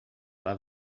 pas